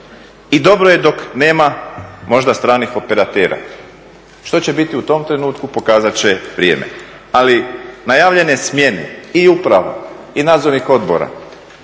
I dobro je dok nema možda stranih operatera, što će biti u tom trenutku pokazat će vrijeme. Ali najavljene smjene i uprava i nadzornih odbora